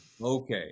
okay